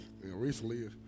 Recently